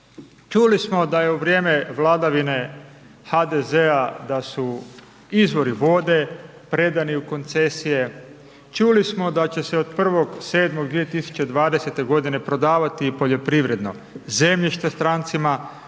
Čuli smo da je u vrijeme vladavine HDZ-a da su izvori vode predani u koncesije. Čuli smo da će se od 1.7.2020. prodavati i poljoprivredno zemljište strancima